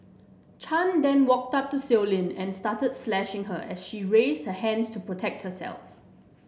Chan then walked up to Sow Lin and started slashing her as she raised her hands to protect herself